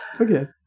Okay